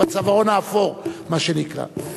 בצווארון האפור, מה שנקרא.